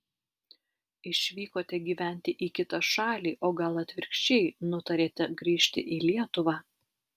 išvykote gyventi į kitą šalį o gal atvirkščiai nutarėte grįžti į lietuvą